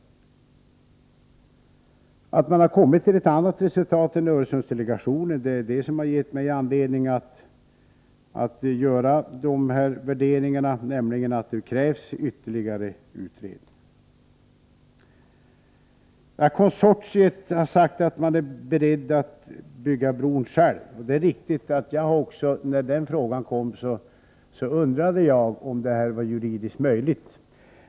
Att man vid uppdateringen har kommit fram till ett annat resultat än Öresundsdelegationen gjorde är det som har givit mig anledning att göra bedömningen att det krävs ytterligare utredning. Konsortiet har förklarat sig vara berett att bygga bron i egen regi, och det är riktigt att jag undrade om det var juridiskt möjligt.